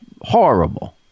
horrible